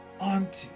auntie